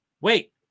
Wait